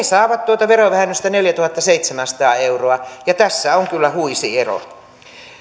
saavat tuota verovähennystä neljätuhattaseitsemänsataa euroa tämä on ihan tarkka luku ja tässä on kyllä huisi ero